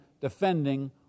defending